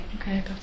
Okay